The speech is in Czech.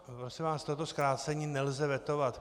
Prosím vás, toto zkrácení nelze vetovat.